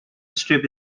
strip